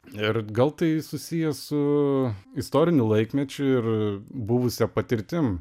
ir gal tai susiję su istoriniu laikmečiu ir buvusia patirtim